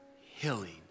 healing